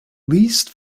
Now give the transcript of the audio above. least